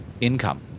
income